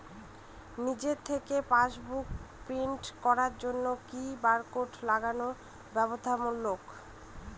নিজে থেকে passbook print করার জন্য কি বারকোড লাগানো বাধ্যতামূলক?